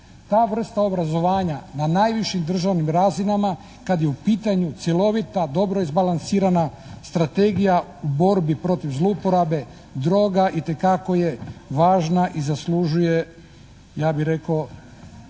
Ta vrsta obrazovanja na najvišim državnim razinama kad je u pitanju cjelovita, dobro izbalansirana strategija u borbi protiv zlouporabe droga itekako je važna i zaslužuje, ja bi rekao,